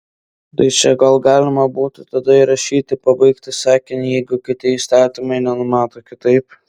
tai čia gal galima būtų tada įrašyti pabaigti sakinį jeigu kiti įstatymai nenumato kitaip